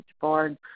board